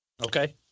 Okay